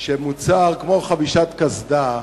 שמוצר כמו קסדה,